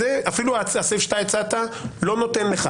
אפילו הסעיף שאתה הצעת לא נותן לך.